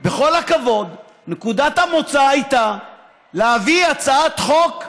בכל הכבוד, נקודת המוצא הייתה להביא הצעת חוק,